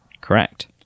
Correct